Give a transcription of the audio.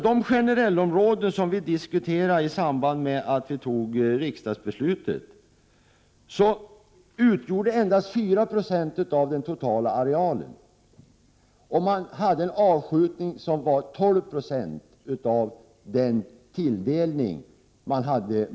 De generellområden som vi diskuterade i samband med att vi fattade riksdagsbeslutet utgjorde endast 4 96 av den totala arealen, och man hade en avskjutning på 12 96 av tilldelningen.